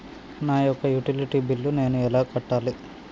నా యొక్క utility bill నేను ఎలా కట్టాలి?